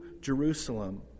Jerusalem